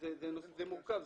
זה מורכב,